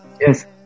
yes